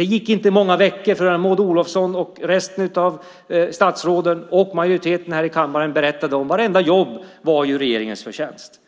Det gick inte många veckor förrän Maud Olofsson och resten av statsråden och majoriteten i kammaren berättade om att vartenda jobb var regeringens förtjänst.